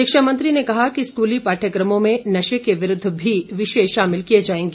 शिक्षा मंत्री ने कहा कि स्कूली पाठ्यकमों में नशे के विरूद्व भी विषय शामिल किए जाएंगे